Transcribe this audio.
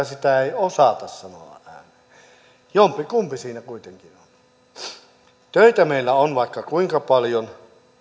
sitä ei osata sanoa ääneen jompikumpi siinä kuitenkin on töitä meillä on vaikka kuinka paljon